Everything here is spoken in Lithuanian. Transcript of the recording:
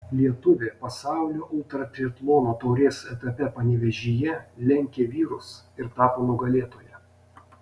lietuvė pasaulio ultratriatlono taurės etape panevėžyje lenkė vyrus ir tapo nugalėtoja